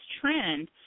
trend